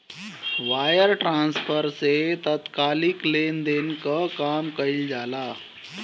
wire transfer से तात्कालिक लेनदेन कअ काम कईल जाला